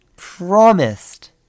promised